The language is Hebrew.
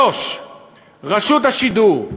3. רשות השידור.